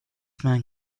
man